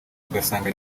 ugasanga